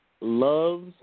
loves